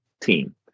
team